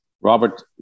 Robert